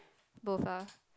both ah